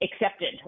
accepted